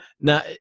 Now